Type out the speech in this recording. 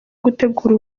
gutegura